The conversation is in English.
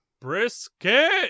brisket